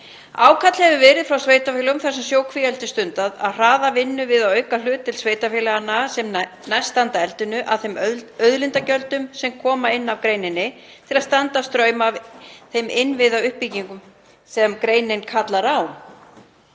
Ákall hefur verið frá sveitarfélögum þar sem sjókvíaeldi er stundað um að hraða vinnu við að auka hlutdeild sveitarfélaganna sem næst standa að eldinu af þeim auðlindagjöldum sem koma inn af greininni til að standa straum af þeirri innviðauppbyggingu sem greinin kallar á.